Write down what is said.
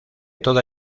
toda